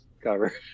cover